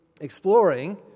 exploring